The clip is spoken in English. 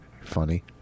Funny